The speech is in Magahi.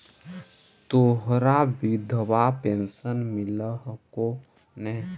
तोहरा विधवा पेन्शन मिलहको ने?